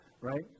Right